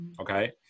Okay